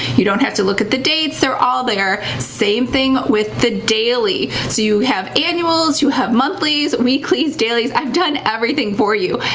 you don't have to look at the dates. they're all there. same thing with the daily, so you have annuals. you have monthlies, weeklies, dailies. i've done everything for you,